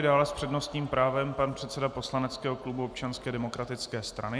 Dále s přednostním právem pan předseda poslaneckého klubu Občanské demokratické strany.